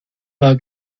war